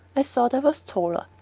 i thought i was taller,